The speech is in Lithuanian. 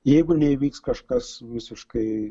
jeigu neįvyks kažkas visiškai